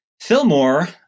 Fillmore